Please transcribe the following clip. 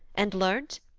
and learnt?